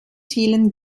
zielen